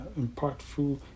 impactful